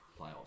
playoffs